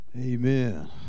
Amen